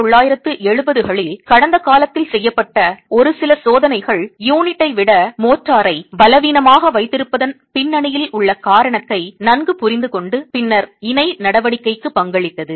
1970 களில் கடந்த காலத்தில் செய்யப்பட்ட ஒரு சில சோதனைகள் யூனிட்டை விட மோர்டாரை பலவீனமாக வைத்திருப்பதன் பின்னணியில் உள்ள காரணத்தை நன்கு புரிந்துகொண்டு பின்னர் இணை நடவடிக்கைக்கு பங்களித்தது